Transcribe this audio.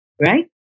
right